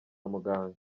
muganga